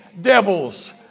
devils